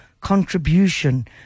contribution